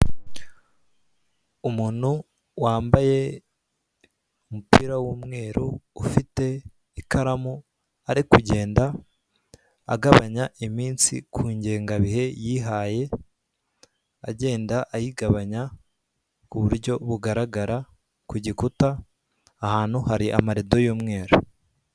Umuntu wambaye umupira w'umweru ufite ikaramu arikugenda agabanya iminsi ku ngengabihe yihaye, agenda ayigabanya ku buryo bugaragara ku gikuta ahantu hari amarido y'umweru.